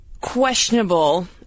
questionable